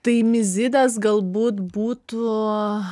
tai mizidės galbūt būtų